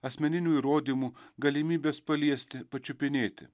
asmeninių įrodymų galimybės paliesti pačiupinėti